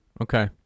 Okay